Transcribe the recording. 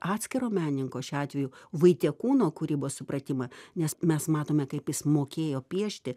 atskiro menininko šiuo atveju vaitiekūno kūrybos supratimą nes mes matome kaip jis mokėjo piešti